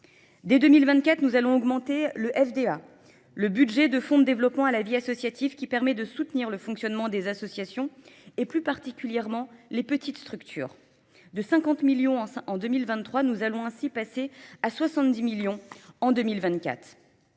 Dès 2024, nous allons augmenter le FDA, le budget de fonds de développement à la vie associative qui permet de soutenir le fonctionnement des associations et plus particulièrement les petites structures. De 50 millions en 2023, nous allons ainsi passer à 70 millions en 2024.